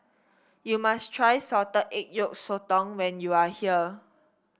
you must try Salted Egg Yolk Sotong when you are here